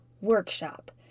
Workshop